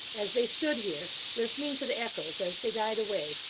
as they stood here, listening to the echoes as they died away,